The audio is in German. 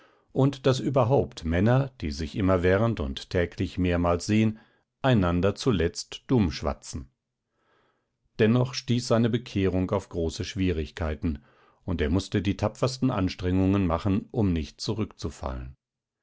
und daß überhaupt männer die sich immerwährend und täglich mehrmals sehen einander zuletzt dummschwatzen dennoch stieß seine bekehrung auf große schwierigkeiten und er mußte die tapfersten anstrengungen machen um nicht zurückzufallen